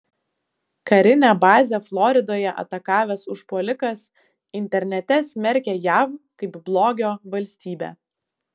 karinę bazę floridoje atakavęs užpuolikas internete smerkė jav kaip blogio valstybę